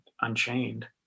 unchained